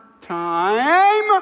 time